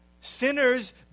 Sinners